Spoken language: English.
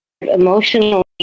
emotionally